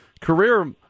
career